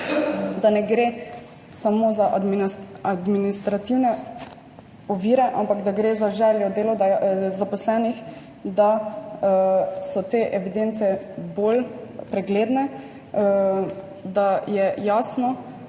da ne gre samo za administrativne ovire, ampak da gre za željo zaposlenih, da so te evidence bolj pregledne, da je jasno,